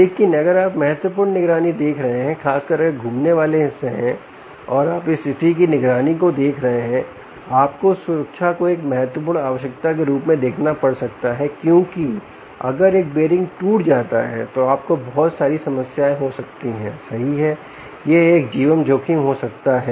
लेकिन अगर आप महत्वपूर्ण निगरानी देख रहे हैं खासकर अगर घूमने वाले हिस्से है और आप इस स्थिति की निगरानी को देख रहे हैं आपको सुरक्षा को एक महत्वपूर्ण आवश्यकता के रूप में देखना पड़ सकता है क्योंकि अगर एक बीयरिंग टूट जाता है तो आपको बहुत सारी समस्याएं हो सकती हैं सही है यह एक जीवन जोखिम हो सकता है